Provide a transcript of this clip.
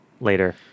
later